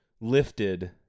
lifted